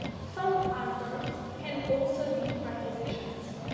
some adverbs can also be prepositions.